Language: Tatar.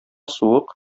суык